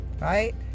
right